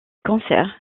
concerts